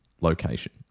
location